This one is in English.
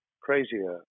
crazier